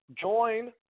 Join